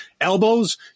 elbows